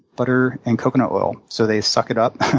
butter and coconut oil, so they suck it up.